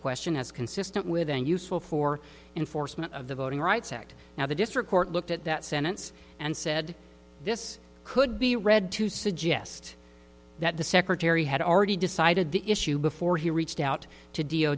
question as consistent with and useful for enforcement of the voting rights act now the district court looked at that sentence and said this could be read to suggest that the secretary had already decided the issue before he reached out to d o